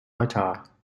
altar